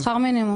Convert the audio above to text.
זה שכר מינימום.